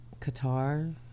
Qatar